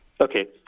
Okay